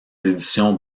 éditions